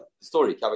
story